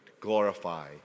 Glorify